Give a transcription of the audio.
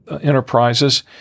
enterprises